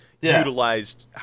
utilized